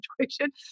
situation